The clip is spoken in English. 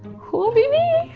oh bebe.